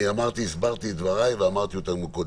הסברתי את דבריי ואמרתי קודם.